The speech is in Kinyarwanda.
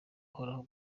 uhoraho